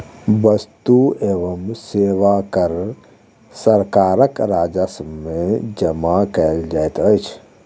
वस्तु एवं सेवा कर सरकारक राजस्व में जमा कयल जाइत अछि